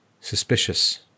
suspicious